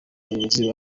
bayobozi